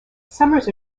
summers